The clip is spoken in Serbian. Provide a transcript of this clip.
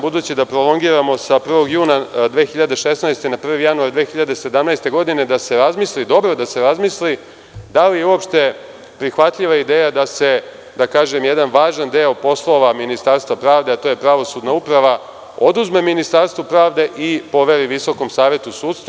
sa prvog juna 2016. godine na prvi januar 2017. godine, da se razmisli, dobro da se razmisli, da li uopšte prihvatljiva ideja da se jedan važan deo poslova Ministarstva pravde, a to je pravosudna uprava, oduzme Ministarstvu pravde i poveri Visokom savetu sudstva.